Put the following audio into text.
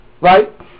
right